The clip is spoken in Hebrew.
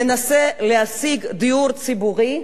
מנסה להשיג דיור ציבורי,